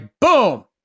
boom